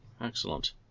Excellent